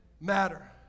matter